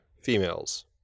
females